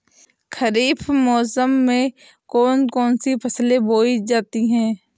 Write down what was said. खरीफ मौसम में कौन कौन सी फसलें बोई जाती हैं?